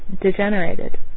degenerated